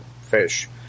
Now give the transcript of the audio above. fish